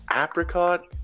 apricot